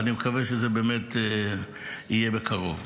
ואני מקווה שזה יהיה בקרוב,